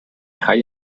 drei